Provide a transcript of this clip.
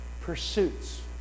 pursuits